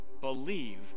believe